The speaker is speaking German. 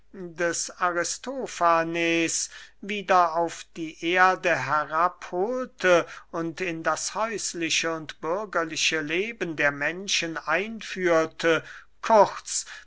des aristofanes wieder auf die erde herabhohlte und in das häusliche und bürgerliche leben der menschen einführte kurz